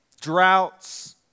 droughts